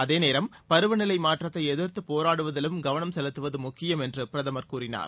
அதே நேரம் பருவநிலை மாற்றத்தை எதிர்த்துப் போராடுவதிலும் கவனம் செலுத்துவது முக்கியம் என்று பிரதமர் கூறினார்